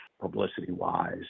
publicity-wise